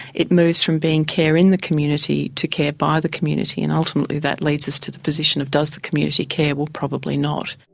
it moves from being care in the community to care by the community, and ultimately that leads us to the position of does the community care? well probably not.